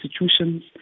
institutions